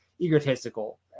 egotistical